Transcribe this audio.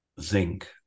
zinc